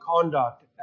conduct